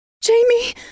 Jamie